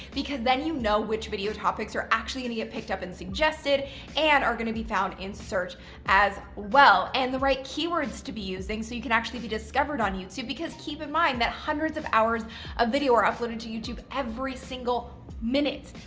because then you know which video topics are actually going to get picked up and suggested and are going to be found in search as well, and the right keywords to be using so you can actually be discovered on youtube, because keep in mind that hundreds of hours of video are uploaded to youtube every single minute.